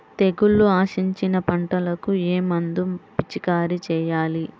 తెగుళ్లు ఆశించిన పంటలకు ఏ మందు పిచికారీ చేయాలి?